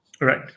Right